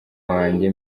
wanjye